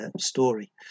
story